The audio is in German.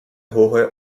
hohe